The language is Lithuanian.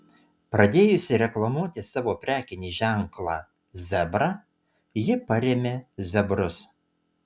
pradėjusi reklamuoti savo prekinį ženklą zebra ji parėmė zebrus